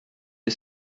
est